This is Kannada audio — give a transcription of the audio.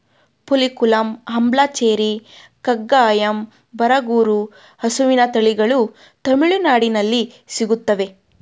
ಪುಲಿಕುಲಂ, ಅಂಬ್ಲಚೇರಿ, ಕಂಗಾಯಂ, ಬರಗೂರು ಹಸುವಿನ ತಳಿಗಳು ತಮಿಳುನಾಡಲ್ಲಿ ಸಿಗುತ್ತವೆ